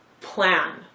plan